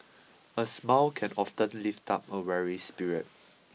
a smoke can often lift up a weary spirit